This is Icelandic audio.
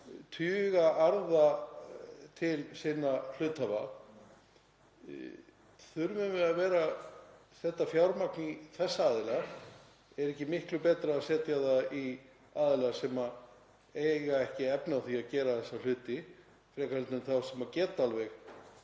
arði til sinna hluthafa. Þurfum við að vera að setja fjármagn í þessa aðila? Er ekki miklu betra að setja það í aðila sem hafa ekki efni á því að gera þessa hluti frekar en þá sem geta alveg